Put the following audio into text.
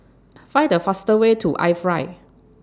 Find The faster Way to IFly